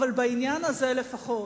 אבל בעניין הזה לפחות